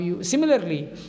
Similarly